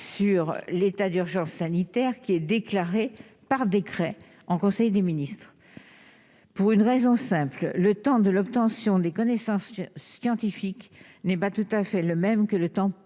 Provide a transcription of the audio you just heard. sur l'état d'urgence sanitaire qui est déclaré par décret en conseil des ministres, pour une raison simple : le temps de l'obtention des connaissances scientifiques n'est pas tout à fait le même que le temps politique,